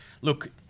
look